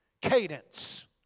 cadence